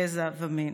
גזע ומין.